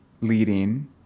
leading